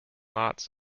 lots